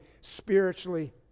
spiritually